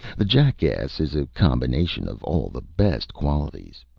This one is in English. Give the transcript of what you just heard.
the jackass is a combination of all the best qualities.